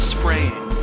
Spraying